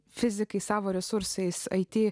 fizikai savo resursais it